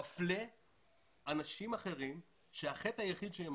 מפלה אנשים אחרים שהחטא היחידי שהם